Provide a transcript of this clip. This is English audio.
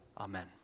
Amen